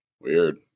Weird